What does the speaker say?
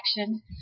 action